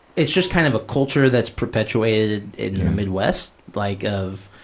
it's just kind of a culture that's perpetuated in the midwest like of,